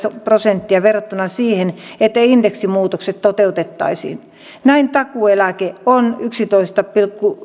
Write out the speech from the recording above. prosenttia verrattuna siihen että indeksimuutokset toteutettaisiin näin takuueläke on yksitoista pilkku